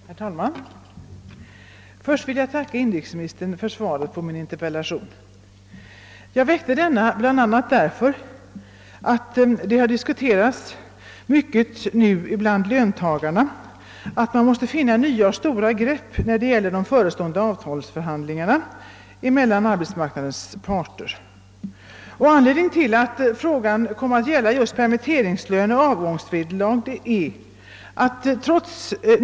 Herr talman! Först vill jag tacka inrikesministern för svaret på min interpellation. Jag framställde den bl.a. därför att det har diskuterats mycket bland löntagarna att man måste finna stora och nya grepp när det gäller de förestående avtalsförhandlingarna mellan arbetsmarknadens parter. Anledningen till att frågan kom att gälla just permitteringslön och avgångsvederlag är att det finns stora problem.